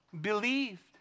Believed